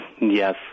Yes